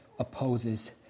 opposes